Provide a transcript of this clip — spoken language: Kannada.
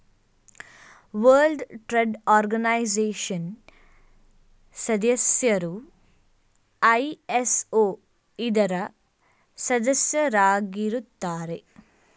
ವರ್ಲ್ಡ್ ಟ್ರೇಡ್ ಆರ್ಗನೈಜೆಶನ್ ಸದಸ್ಯರು ಐ.ಎಸ್.ಒ ಇದರ ಸದಸ್ಯರಾಗಿರುತ್ತಾರೆ